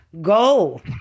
Go